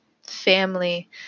family